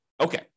Okay